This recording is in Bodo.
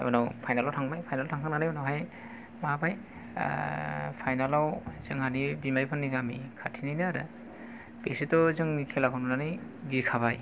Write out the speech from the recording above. उनाव फाइनेल आव थांबाय फाइनेल आव थांखांनानै उनावहाय माबाबाय फाइनेल आव जोंहानि बिमायफोरनि गामि खाथिनिनो आरो बिसोरथ' जोंनि खेलाखौ नुनानै गिखाबाय